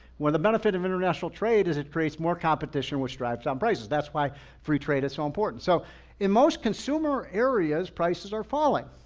when the benefit of international trade is, it creates more competition which drives down prices. that's why free trade is so important. so in most consumer areas, prices are falling.